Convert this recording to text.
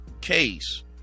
case